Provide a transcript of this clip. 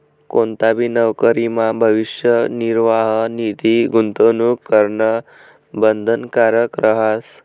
कोणताबी नवकरीमा भविष्य निर्वाह निधी गूंतवणूक करणं बंधनकारक रहास